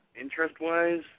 interest-wise